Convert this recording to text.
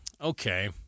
Okay